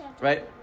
Right